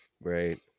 Right